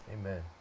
Amen